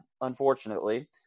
unfortunately